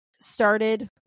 started